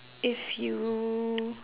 if you